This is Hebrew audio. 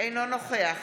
אינו נוכח